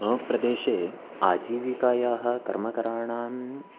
मम प्रदेशे आजीविकायाः कर्मकराणां